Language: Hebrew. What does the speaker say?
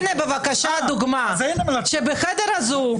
הנה דוגמה שבחדר הזה.